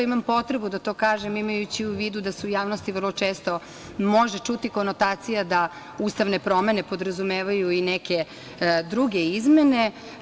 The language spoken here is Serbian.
Imam potrebu da to kažem, imajući u vidu da se u javnosti vrlo često može čuti konotacija da ustavne promene podrazumevaju i neke druge izmene.